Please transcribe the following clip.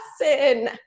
lesson